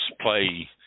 play